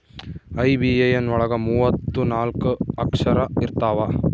IBAN ಒಳಗ ಮೂವತ್ತು ನಾಲ್ಕ ಅಕ್ಷರ ಇರ್ತವಾ